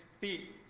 feet